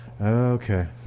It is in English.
Okay